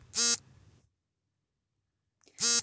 ಭಾರತೀಯ ಸ್ಟೇಟ್ ಬ್ಯಾಂಕಿನ ಸಾಲ ಯೋಜನೆಯನ್ನು ವಿವರಿಸಿ?